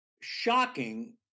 shocking